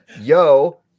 yo